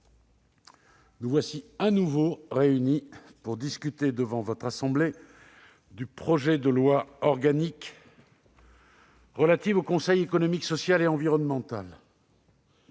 nous voici de nouveau réunis pour discuter devant votre assemblée du projet de loi organique relatif au Conseil économique, social et environnemental